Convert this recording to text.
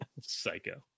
Psycho